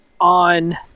on